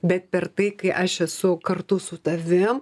bet per tai kai aš esu kartu su tavim